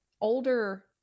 older